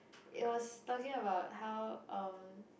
it was talking about how um